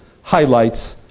highlights